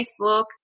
Facebook